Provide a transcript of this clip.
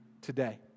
today